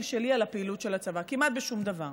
שלי על הפעילות של הצבא כמעט בשום דבר.